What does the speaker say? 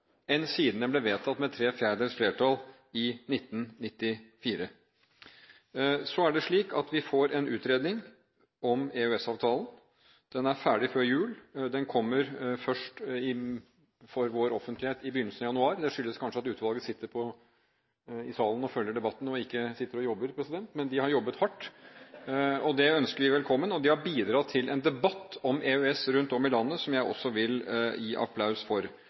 en utredning om EØS-avtalen. Den er ferdig før jul. Den kommer først for vår offentlighet i begynnelsen av januar – det skyldes kanskje at utvalget sitter i salen og følger debatten og ikke sitter og jobber. Men de har jobbet hardt – det ønsker vi velkommen – og de har bidratt til en debatt om EØS rundt om i landet som jeg også vil gi applaus for.